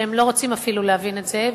שהם לא רוצים אפילו להבין את זה.